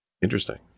Interesting